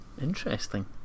Interesting